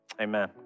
amen